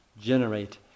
generate